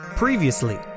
Previously